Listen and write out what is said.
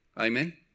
Amen